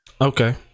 Okay